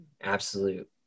absolute